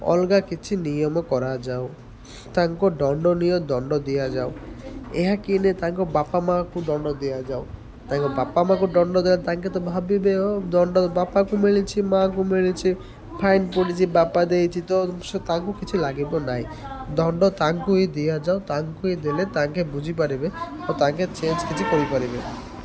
ଅଲଗା କିଛି ନିୟମ କରାଯାଉ ତାଙ୍କ ଦଣ୍ଡନୀୟ ଦଣ୍ଡ ଦିଆଯାଉ ଏହା କଲେ ତାଙ୍କ ବାପା ମାଆଙ୍କୁ ଦଣ୍ଡ ଦିଆଯାଉ ତାଙ୍କ ବାପା ମାଆଙ୍କୁ ଦଣ୍ଡ ଦିଆ ତାଙ୍କେ ତ ଭାବିବେ ଦଣ୍ଡ ବାପାକୁ ମିଳିଛି ମା'କୁ ମିଳିଛି ଫାଇନ୍ ପଡ଼ିଛିି ବାପା ଦେଇ ତ ସେ ତାଙ୍କୁ କିଛି ଲାଗିବ ନହିଁ ଦଣ୍ଡ ତାଙ୍କୁ ହିଁ ଦିଆଯାଉ ତାଙ୍କୁ ହିଁ ଦେଲେ ତାଙ୍କେ ବୁଝିପାରିବେ ଓ ତାଙ୍କେ ଚେଞ୍ଜ କିଛି କରିପାରିବେ